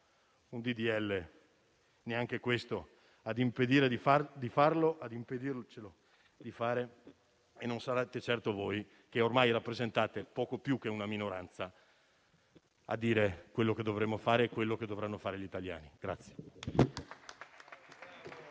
in discussione - a impedirci di farlo e non sarete certo voi, che ormai rappresentate poco più che una minoranza, a dirci quello che dovremo fare e quello che dovranno fare gli italiani.